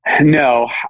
No